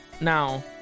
Now